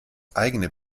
eigene